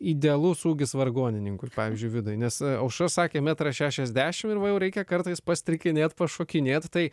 idealus ūgis vargonininkui pavyzdžiui vidai nes aušra sakė metras šešiasdešimt ir va jau reikia kartais pastrikinėt pašokinėt tai